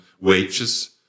wages